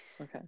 Okay